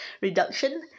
reduction